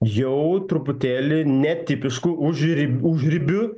jau truputėlį netipišku užrib užribiu